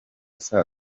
saa